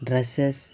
dresses